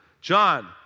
John